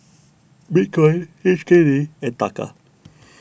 Bitcoin H K D and Taka